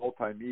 multimedia